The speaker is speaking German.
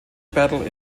battle